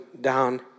down